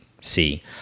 see